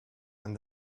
and